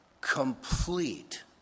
complete